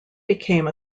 became